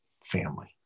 family